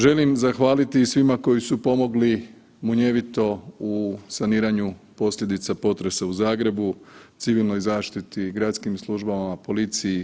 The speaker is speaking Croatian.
Želim zahvaliti i svima koji su pomogli munjevito u saniranju posljedica potresa u Zagrebu, civilnoj zaštiti, gradskim službama, policiji i HV-u.